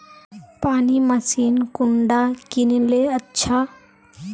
पानी मशीन कुंडा किनले अच्छा?